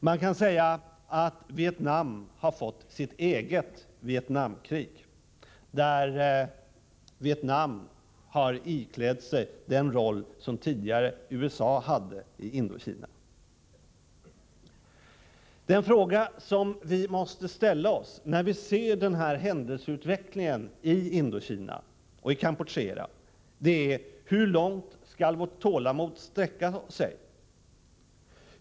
Man kan säga att Vietnam har fått sitt eget Vietnamkrig, där Vietnam iklätt sig den roll som USA tidigare hade i Indokina. Den fråga som vi måste ställa oss — när vi ser den här händelseutvecklingen i Indokina och Kampuchea — är: Hur långt skall vårt tålamod sträcka sig?